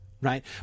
right